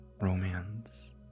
romance